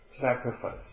sacrifice